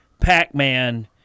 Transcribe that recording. Pac-Man